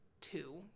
two